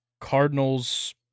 Cardinals